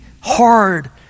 hard